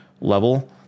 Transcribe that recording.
level